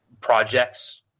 projects